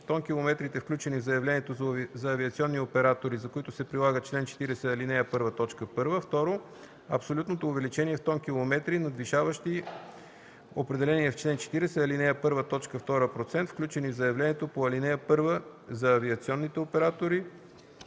тонкилометрите, включени в заявлението - за авиационните оператори, за които се прилага чл. 40, ал. 1, т. 1; 2. абсолютното увеличение в тонкилометри, надвишаващи определения в чл. 40, ал. 1, т. 2 процент, включени в заявлението по ал. 1 - за авиационните оператори,